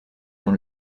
dans